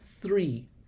Three